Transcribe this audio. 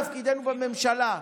תפקידנו בממשלה,